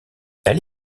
elle